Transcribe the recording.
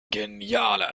genialer